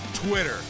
Twitter